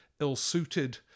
ill-suited